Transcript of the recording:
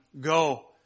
go